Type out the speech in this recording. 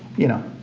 you know